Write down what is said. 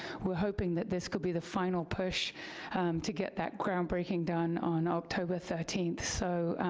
we're hoping that this could be the final push to get that groundbreaking done on october thirteenth. so,